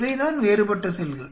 இவைதான் வேறுபட்ட செல்கள்